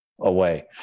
away